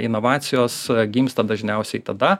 inovacijos gimsta dažniausiai tada